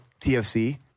TFC